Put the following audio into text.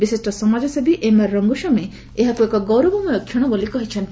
ବିଶିଷ୍ଟ ସମାଜସେବୀ ଏମ୍ଆର୍ ରଙ୍ଗସ୍ୱାମୀ ଏହାକୁ ଏକ ଗୌରବମୟ କ୍ଷଣ ବୋଲି କହିଚ୍ଚନ୍ତି